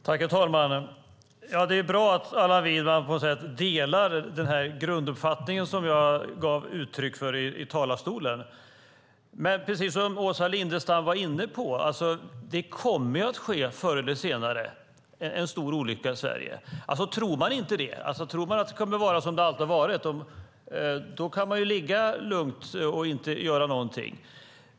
Herr talman! Det är bra att Allan Widman på ett sätt delar den grunduppfattning som jag gav uttryck för i talarstolen, men precis som Åsa Lindestam var inne på kommer det förr eller senare att ske en stor olycka i Sverige. Tror man inte det, tror man att det kommer att vara som det alltid har varit kan man ju ligga lugnt och inte göra någonting.